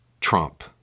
Trump